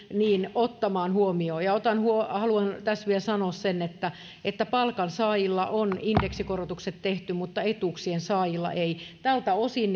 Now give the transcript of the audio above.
ottamaan huomioon ja haluan tässä vielä sanoa sen että että palkansaajilla on indeksikorotukset tehty mutta etuuksien saajilla ei tältä osin